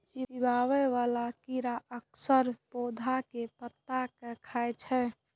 चिबाबै बला कीड़ा अक्सर पौधा के पात कें खाय छै